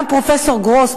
גם פרופסור גרוס,